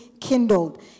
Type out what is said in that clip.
kindled